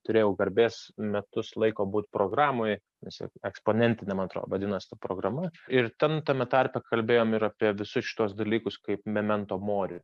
turėjau garbės metus laiko būt programoj tiesiog eksponentinė man atrodo vadinas ta programa ir ten tame tarpe kalbėjom ir apie visus šituos dalykus kaip memento mori